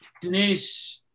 Denise